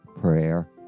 prayer